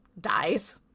dies